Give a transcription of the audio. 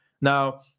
now